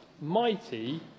mighty